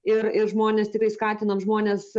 ir ir žmones tikrai skatinam žmones